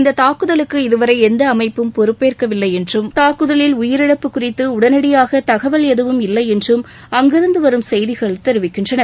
இந்தத் தாக்குதலுக்கு இதுவரை எந்த அமைப்பும் பொறுப்பேற்கவில்லை என்றும் தாக்குதலில் உயிரிழப்பு குறித்து உடனடியாக தகவல் எதுவும் இல்லை என்றும் அங்கிருந்து வரும் செய்திகள் தெரிவிக்கின்றன